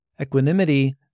Equanimity